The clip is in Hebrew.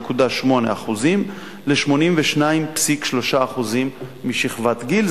אבל הם נחשבים בשכבת הגיל,